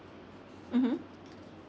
mmhmm